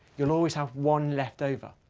you'll always have one left over.